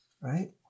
right